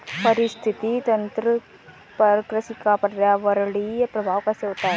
पारिस्थितिकी तंत्र पर कृषि का पर्यावरणीय प्रभाव कैसा होता है?